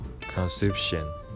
consumption